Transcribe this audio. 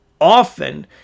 often